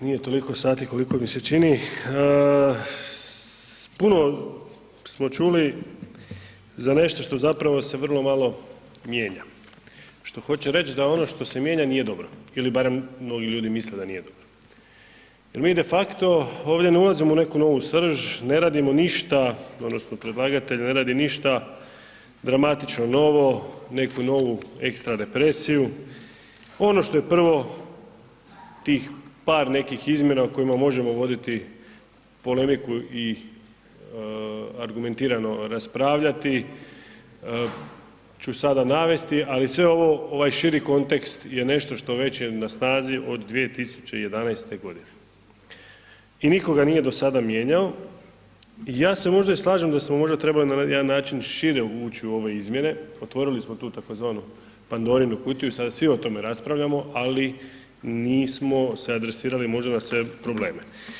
Nije toliko sati koliko mi se čini, puno smo čuli za nešto što zapravo se vrlo malo mijenja, što hoću reć da ono što se mijenja nije dobro ili barem mnogi ljudi misle da nije dobro jer mi defakto ovdje ne ulazimo u neku novu srž, ne radimo ništa odnosno predlagatelj ne radi ništa dramatično novo, neku novu ekstra represiju, ono što je prvo, tih par nekih izmjena o kojima možemo voditi polemiku i argumentirano raspravljati ću sada navesti, ali sve, ovaj širi kontekst je nešto što već je na snazi od 2011.g. i niko ga nije do sada mijenjao i ja se možda i slažem da smo možda trebali na jedan način šire ući u ove izmjene, otvorili smo tu tzv. Pandorinu kutiju i sada svi o tome raspravljamo, ali nismo se adresirali možda na sve probleme.